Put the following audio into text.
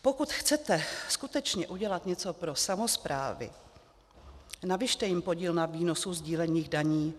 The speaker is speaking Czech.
Pokud chcete skutečně udělat něco pro samosprávy, navyšte jim podíl na výnosu sdílených daní.